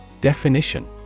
Definition